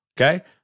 Okay